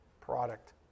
product